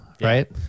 right